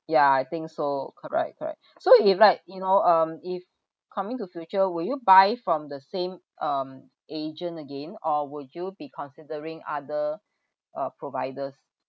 yeah I think so correct correct so if like you know um if coming to future will you buy from the same um agent again or would you be considering other uh providers